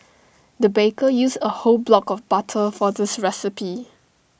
the baker used A whole block of butter for this recipe